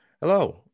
Hello